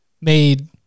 made